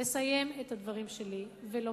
לסיים את דברי ולומר: